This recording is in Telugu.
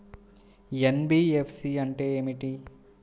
ఎన్.బీ.ఎఫ్.సి అంటే ఏమిటి?